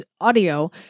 audio